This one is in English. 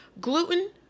Gluten